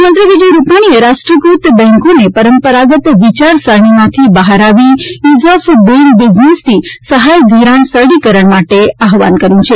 મુખ્યમંત્રી વિજય રૂપાણીએ રાષ્ટ્રીયક્રત બેન્કોને પરંપરાગત વિચારસરણીમાંથી બહાર આવી ઈઝ ઓફ ડૂઇંગ બિઝનેસથી સહાય ધિરાણ સરળીકરણ માટે આહવાન કર્યુ છે